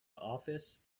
office